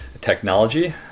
technology